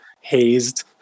hazed